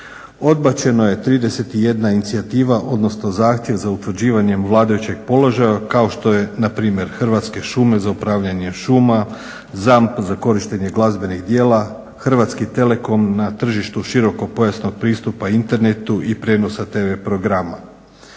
Odbačeno je 31 inicijativa, odnosno zahtjev za utvrđivanjem vladajućeg položaja kao što je na primjer Hrvatske šume za upravljanje šuma, ZAMP za korištenje glazbenih djela, Hrvatski telekom na tržištu širokopojasnog pristupa Internetu i prijenosa tv programa.